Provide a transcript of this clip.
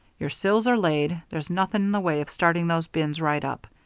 your sills are laid there's nothing in the way of starting those bins right up.